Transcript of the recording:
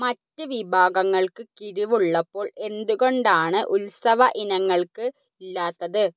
മറ്റ് വിഭാഗങ്ങൾക്ക് കിഴിവ് ഉള്ളപ്പോൾ എന്തുകൊണ്ടാണ് ഉത്സവ ഇനങ്ങൾക്ക് ഇല്ലാത്തത്